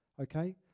okay